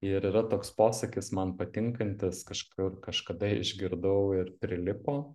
ir yra toks posakis man patinkantis kažkur kažkada išgirdau ir prilipo